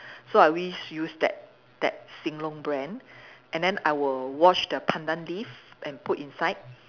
so I always use that that sing long brand and then I will wash the Pandan leaf and put inside